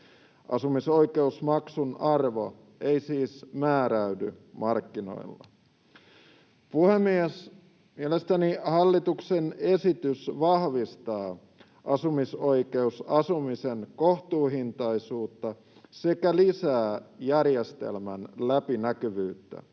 Asumisoikeusmaksun arvo ei siis määräydy markkinoilla. Puhemies! Mielestäni hallituksen esitys vahvistaa asumisoikeusasumisen kohtuuhintaisuutta sekä lisää järjestelmän läpinäkyvyyttä.